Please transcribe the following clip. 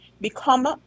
Become